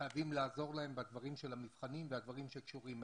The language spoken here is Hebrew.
שחייבים לעזור להם בנושא המבחנים ומה שקשור אליהם.